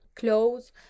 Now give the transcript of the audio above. clothes